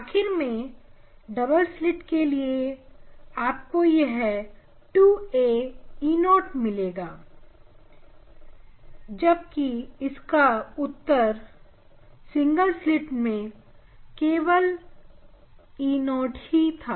आखिर में double slit के लिए आपको यह 2aE0 मिलेगा जबकि इसका उत्तर सिंगल स्लित के लिए E0 था